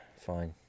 Fine